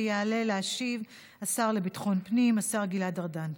יעלה להשיב השר לביטחון הפנים, השר גלעד ארדן.